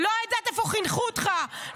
אני לא יודעת איפה חינכו אותך,